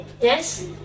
Yes